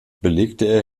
belegte